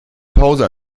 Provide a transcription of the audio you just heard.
pause